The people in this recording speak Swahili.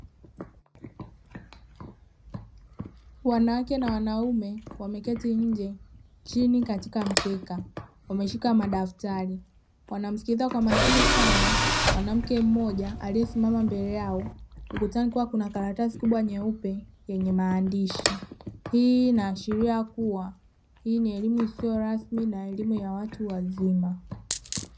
Wanawake na wanaume, wameketi nje chini katika mkeka, wameshika madaftari wanamsikiliza kwa makini sana, mwanamke mmoja aliyesimama mbele yao, ukutani kukiwa na karatasi kubwa nyeupe yenye maandishi, hii inaashiria kuwa hii ni elimu isiyo rasmi na elimu ya watu wazima.